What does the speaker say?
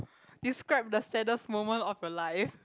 describe the saddest moment of your life